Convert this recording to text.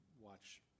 watch